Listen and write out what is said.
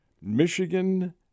Michigan